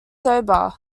sober